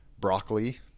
Broccoli